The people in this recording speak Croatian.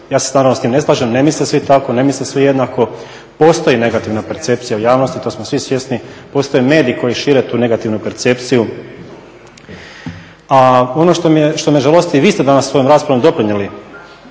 Ja se naravno s time ne slažem ne misle svi tako, ne misle svi jednako, postoji negativna percepcija u javnosti, to smo svi svjesni, postoje mediji koji šire tu negativnu percepciju. A ono što me žalosti i vi ste danas svojom raspravom doprinijeli